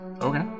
Okay